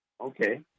Okay